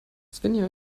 svenja